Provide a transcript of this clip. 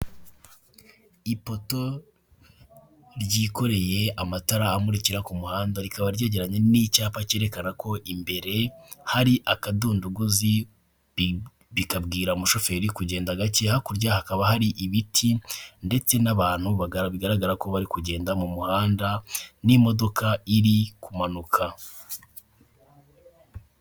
Ipoto ryikoreye amatara amurikira ku muhanda rikaba ryagereranye n'icyapa cyerekana ko imbere hari akadunduguzi bikabwira umushoferi kugenda gake hakurya hakaba hari ibiti ndetse n'abantu bigaragara ko bari kugenda mu muhanda n'imodoka iri kumanuka.